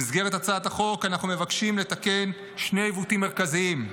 במסגרת הצעת החוק אנחנו מבקשים לתקן שני עיוותים מרכזיים.